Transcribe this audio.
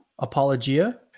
Apologia